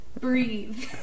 breathe